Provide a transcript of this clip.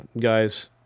guys